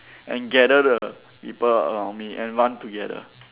and gather the people around me and run together